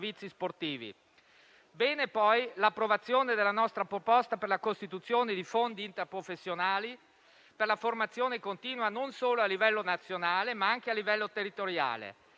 Bene poi l'approvazione della nostra proposta per la costituzione di fondi interprofessionali per la formazione continua, non solo a livello nazionale, ma anche a livello territoriale.